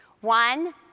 One